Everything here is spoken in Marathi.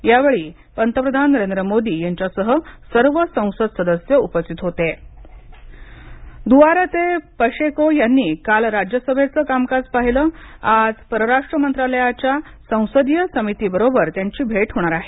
यावेळी पंतप्रधान नरेंद्र मोदी यांच्यासह सर्व संसद सदस्य उपस्थित होते दुआरते पचेको यांनी काल राज्यसभेच कामकाज पाहिलं आज परराष्ट्र मंत्रालयाच्या संसदीय समिती बरोबर त्यांची भेट होणार आहे